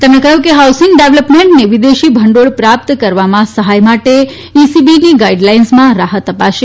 તેમણે કહ્યું કે હાઉસિંગ ડેવલપમેન્ટને વિદેશી ભંડોળ પ્રાપ્ત કરવામાં સહાય માટે ઇસીબીની ગાઇડલાઇન્સમાં રાહત અપાશે